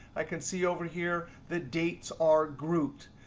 i can see over here, the dates are grouped.